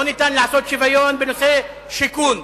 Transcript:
לא ניתן לעשות שוויון בנושא שיכון,